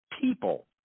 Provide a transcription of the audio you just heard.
people